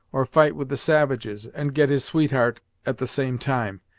or fight with the savages, and get his sweetheart at the same time,